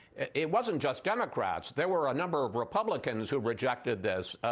it wasn't just democrats, there were a number of republicans who rejected this.